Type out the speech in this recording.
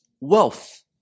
wealth